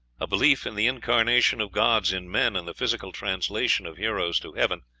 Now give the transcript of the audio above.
a belief in the incarnation of gods in men, and the physical translation of heroes to heaven,